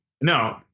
No